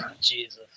Jesus